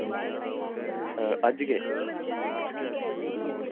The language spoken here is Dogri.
अज गै